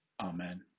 Amen